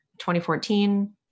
2014